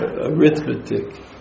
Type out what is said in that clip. arithmetic